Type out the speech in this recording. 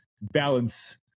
balance